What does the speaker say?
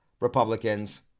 Republicans